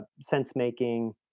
sense-making